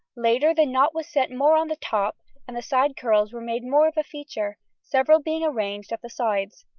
later the knot was set more on the top, and the side curls were made more of a feature, several being arranged at the sides.